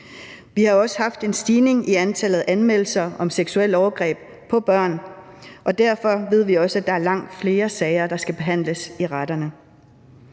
Vi har også haft en stigning i antallet af anmeldelser om seksuelle overgreb på børn, og derfor ved vi også, at der er langt flere sager, der skal behandles i retterne.